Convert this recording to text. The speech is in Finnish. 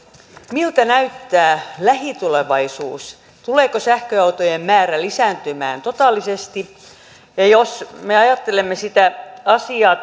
miltä näyttää lähitulevaisuus tuleeko sähköautojen määrä lisääntymään totaalisesti jos me ajattelemme sitä asiaa